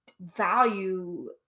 value